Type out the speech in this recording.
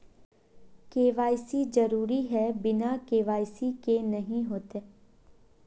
KYC जरुरी है बिना के.वाई.सी के नहीं होते?